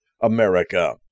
America